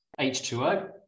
H2O